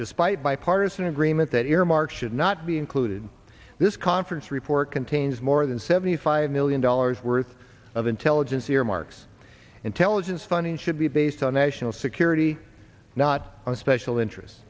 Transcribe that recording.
despite bipartisan agreement that earmark should not be included this conference report contains more than seventy five million dollars worth of intelligence earmarks intelligence funding should be based on national security not on special interests